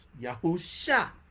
Yahusha